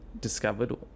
discovered